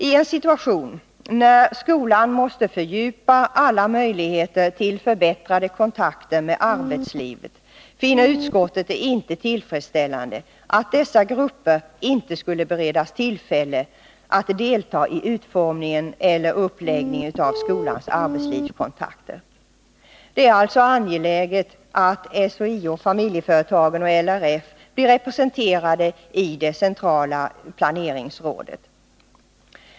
I en situation när skolan måste vidga alla möjligheter till förbättrade kontakter med arbetslivet finner utskottet det inte tillfredsställande att dessa grupper inte skulle beredas tillfälle att delta i utformningen eller uppläggningen av skolans arbetslivskontakter. Det är alltså angeläget att SHIO Familjeföretagen och LRF blir representerade i det centrala planeringsrådet.